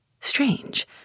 Strange